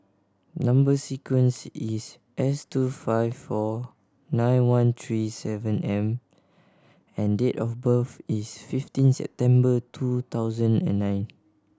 number sequence is S two five four nine one three seven M and date of birth is fifteen September two thousand and nine